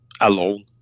alone